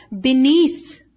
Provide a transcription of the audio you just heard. Beneath